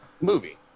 movie